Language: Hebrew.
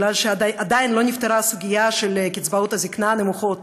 כי עדיין לא נפתרה הסוגיה של קצבאות הזקנה הנמוכות,